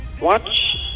watch